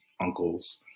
uncles